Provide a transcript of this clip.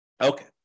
Okay